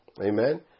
amen